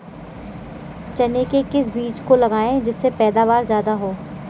चने के किस बीज को लगाएँ जिससे पैदावार ज्यादा हो?